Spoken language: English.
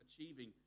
achieving